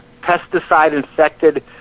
pesticide-infected